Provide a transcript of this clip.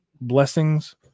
blessings